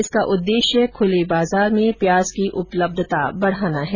इसका उद्देश्य खुले बाजार में प्याज की उपलब्धता बढाना है